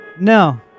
No